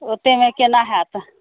ओते मे केना होयत